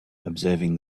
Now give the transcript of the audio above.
observing